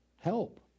Help